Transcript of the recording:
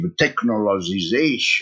technologization